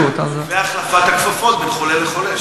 והחלפת הכפפות בין חולה לחולה.